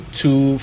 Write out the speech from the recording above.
two